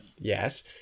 Yes